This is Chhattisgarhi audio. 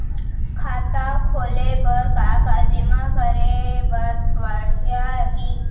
खाता खोले बर का का जेमा करे बर पढ़इया ही?